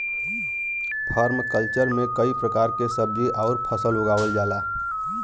permaculture में कई प्रकार के सब्जी आउर फसल उगावल जाला